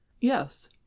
yes